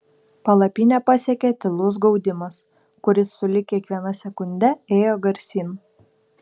palapinę pasiekė tylus gaudimas kuris sulig kiekviena sekunde ėjo garsyn